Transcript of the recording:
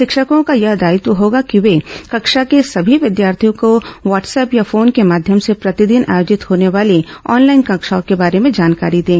शिक्षकों का यह दॉयित्व होगा कि वे कक्षा के सभी विद्यार्थियों को व्हाट्सअप या फोन के माध्यम से प्रतिदिन आयोजित होने वाली ऑनलाइन कक्षाओं के बारे में जानकारी दें